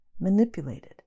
manipulated